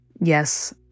yes